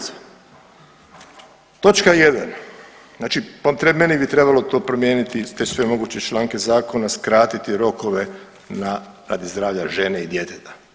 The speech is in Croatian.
Točka 1, znači po meni bi trebalo to promijeniti te sve moguće članke zakona skratiti rokove radi zdravlja žene i djeteta.